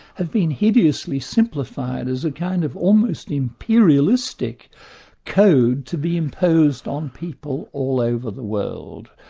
have been hideously simplified as a kind of almost imperialistic code to be imposed on people all over the world.